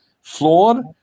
flawed